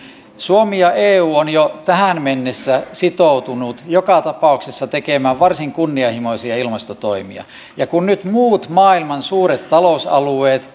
suomi ja eu ovat jo tähän mennessä sitoutuneet joka tapauksessa tekemään varsin kunnianhimoisia ilmastotoimia ja kun nyt muut maailman suuret talousalueet